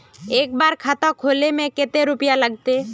एक बार खाता खोले में कते रुपया लगते?